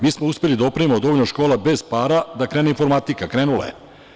Mi smo uspeli da opremimo dovoljno škola bez para da krene informatika i krenula je.